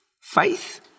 faith